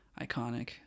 iconic